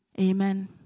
Amen